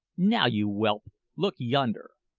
now, you whelp, look yonder!